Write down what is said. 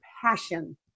passion